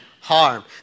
harm